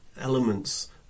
elements